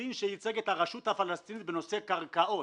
דין שייצג את הרשות הפלסטינית בנושא קרקעות.